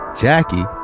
Jackie